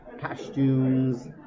costumes